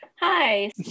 Hi